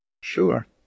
Sure